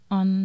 on